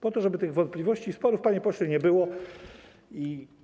Po to żeby tych wątpliwości i sporów, panie pośle, nie było i.